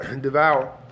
devour